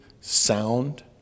sound